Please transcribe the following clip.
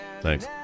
Thanks